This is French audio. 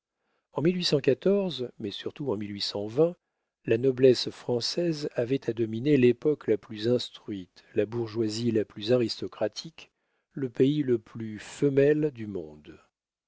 en mais surtout en la noblesse française avait à dominer l'époque la plus instruite la bourgeoisie la plus aristocratique le pays le plus femelle du monde